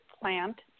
plant